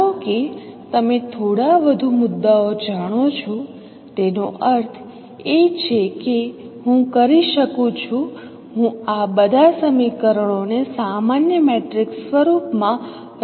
ધારો કે તમે થોડા વધુ મુદ્દાઓ જાણો છો તેનો અર્થ એ છે કે હું કરી શકું છું હું આ બધા સમીકરણોને સામાન્ય મેટ્રિક્સ સ્વરૂપમાં રજૂ કરી શકું છું